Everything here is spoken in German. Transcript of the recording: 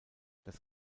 das